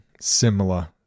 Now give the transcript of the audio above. similar